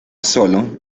sólo